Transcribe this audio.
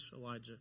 Elijah